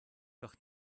doch